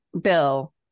bill